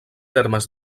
termes